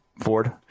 Ford